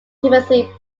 timothy